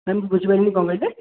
ମେମ୍ ବୁଝିପାରିଲିନି କ'ଣ କହିଲେ